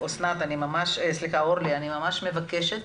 אורלי, אני ממש מבקשת